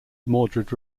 mordred